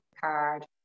card